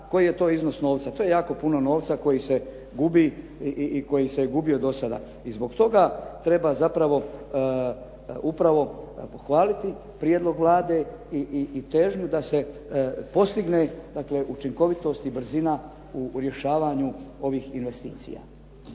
koji je to iznos. To je jako puno novca koji se gubi i koji se gubio do sada. I zbog toga treba zapravo upravo pohvaliti prijedlog Vlade i težnju da se postigne učinkovitost i brzina u rješavanju ovih investicija.